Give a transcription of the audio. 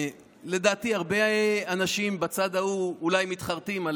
הרבה אנשים בצד ההוא אולי מתחרטים על